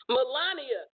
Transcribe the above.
Melania